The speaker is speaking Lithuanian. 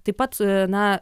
taip pat na